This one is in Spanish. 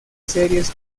series